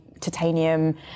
titanium